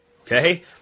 Okay